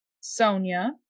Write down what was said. Sonia